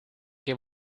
che